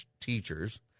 teachers